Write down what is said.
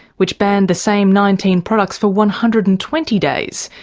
which banned the same nineteen products for one hundred and twenty days,